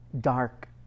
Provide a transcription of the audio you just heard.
dark